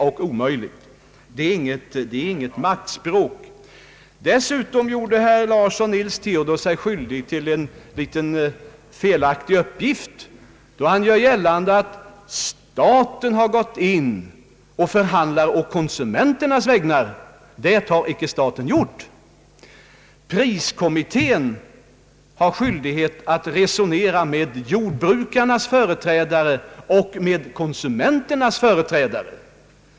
Jag använder alltså inget maktspråk. Dessutom lämnade herr Larsson en något felaktig uppgift då han försökte göra gällande att staten gått in och förhandlat på konsumenternas vägnar. Det har staten inte gjort. Priskommittén har skyldighet att resonera med jordbrukarnas företrädare och med konsumenternas företrädare.